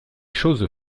choses